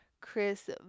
Chris